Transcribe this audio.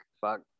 Fuck